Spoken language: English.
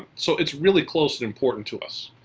so it's really close and important to us.